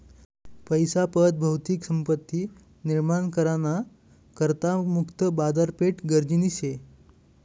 पैसा पत भौतिक संपत्ती निर्माण करा ना करता मुक्त बाजारपेठ गरजनी शे